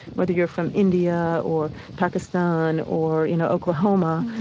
whether you're from india or pakistan or, you know, oklahoma,